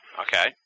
okay